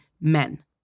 men